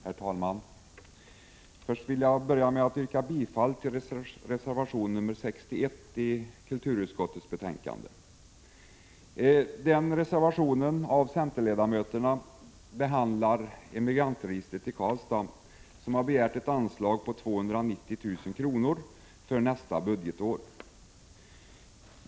Herr talman! Jag vill börja med att yrka bifall till reservation 61 i kulturutskottets betänkande. Den reservationen av centerledamöterna behandlar Emigrantregistret i Karlstad, som har begärt ett anslag på 290 000 kr. för nästa budgetår.